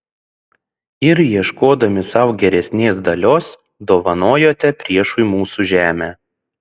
ir ieškodami sau geresnės dalios dovanojote priešui mūsų žemę